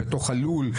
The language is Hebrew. בתוך הלול,